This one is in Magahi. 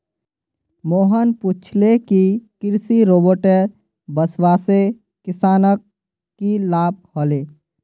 मोहन पूछले कि कृषि रोबोटेर वस्वासे किसानक की लाभ ह ले